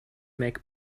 make